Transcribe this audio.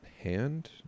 Hand